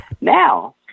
Now